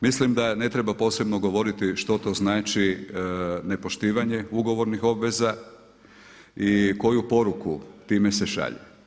Mislim da ne treba posebno govoriti što to znači nepoštivanje ugovornih obveza i koju poruku time se šalje.